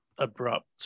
Abrupt